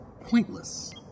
Pointless